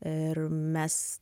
ir mes